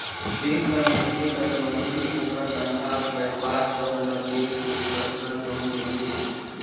bank हर मइनसे कर नउकरी, ओकर तनखा, बयपार सब ल देख के परसनल लोन देथे